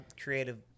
creative